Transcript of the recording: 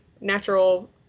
natural